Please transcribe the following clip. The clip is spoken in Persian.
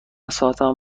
ساعتم